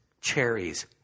cherries